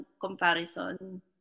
comparison